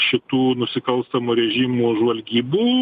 šitų nusikalstamų režimų žvalgybų